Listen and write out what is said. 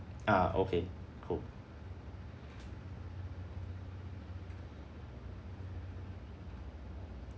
ah okay cool